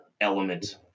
element